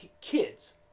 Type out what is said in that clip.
kids